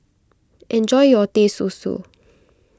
enjoy your Teh Susu